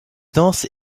danse